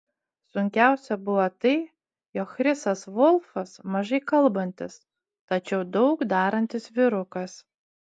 sunkiausia buvo tai jog chrisas volfas mažai kalbantis tačiau daug darantis vyrukas